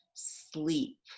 sleep